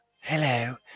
Hello